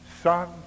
son